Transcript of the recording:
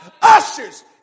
Ushers